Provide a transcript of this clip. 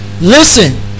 Listen